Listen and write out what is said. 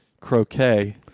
croquet